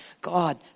God